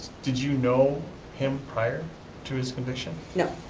did you know him prior to his conviction? no.